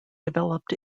developed